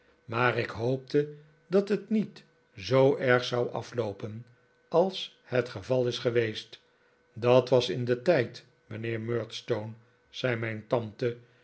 maar ik hoopte dat het niet zoo erg zou afloopen als het geval is geweest dat was in den tijd mijnheer murdstone zei mijn tante